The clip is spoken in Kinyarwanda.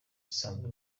isanzwe